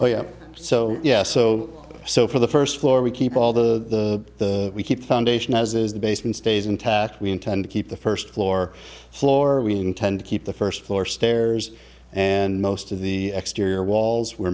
oh yeah so yes so so for the first floor we keep all the we keep foundation as is the basement stays intact we intend to keep the first floor floor we intend to keep the first floor stairs and most of the exterior walls we're